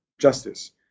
justice